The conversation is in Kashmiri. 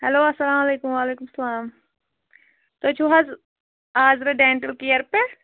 ہیٚلو اسلامُ علیکُم وعلیکُم اَسلام تُہۍ چھُو حظ آزرا ڈینٹل کِیر پیٚٹھ